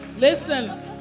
Listen